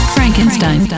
Frankenstein